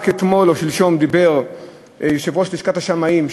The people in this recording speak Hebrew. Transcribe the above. רק אתמול או שלשום דיבר יושב-ראש לשכת השמאים,